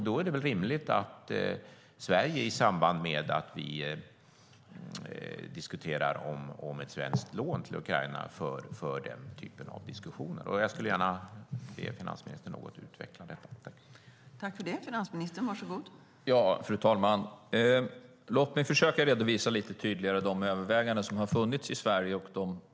Då är det väl rimligt att Sverige, i samband med att vi diskuterar ett svenskt lån till Ukraina, för den typen av diskussioner. Jag skulle gärna vilja att finansministern utvecklar detta något.